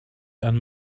and